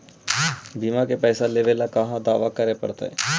बिमा के पैसा लेबे ल कहा दावा करे पड़तै?